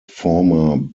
former